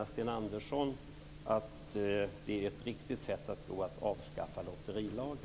Tycker Sten Andersson att det vore riktigt att avskaffa lotterilagen?